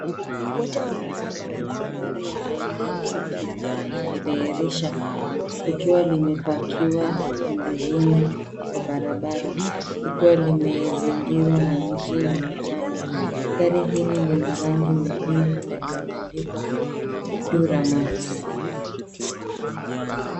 Mandhari ya gari ya aina ya tuktuk inajidhihirisha likiwa limepakiwa pembezoni kwa barabara. Likiwa limezingirwa na miti na majani. Gari hili ni la rangi nyekundu na limeandikwa Dura Max.